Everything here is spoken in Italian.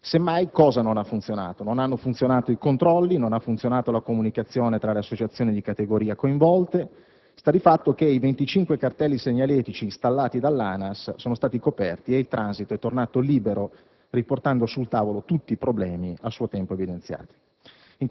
Semmai, cosa non ha funzionato? Non hanno funzionato i controlli e la comunicazione tra le associazioni di categoria coinvolte: sta di fatto che i 25 cartelli segnaletici installati dall'ANAS sono stati coperti e il transito è tornato libero, riportando sul tavolo tutti i problemi a suo tempo evidenziati.